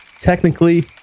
technically